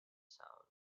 sound